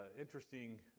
interesting